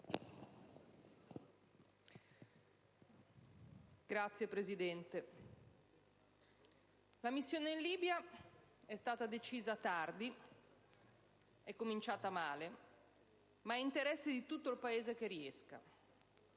Signora Presidente, la missione in Libia è stata decisa tardi ed è cominciata male, ma è interesse di tutto il Paese che riesca.